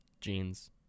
jeans